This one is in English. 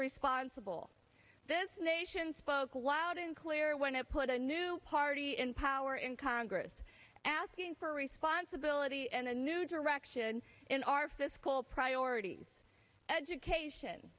responsible this nation spoke aloud in clear when to put a new party in power in congress asking for responsibility and a new direction in our fiscal priorities education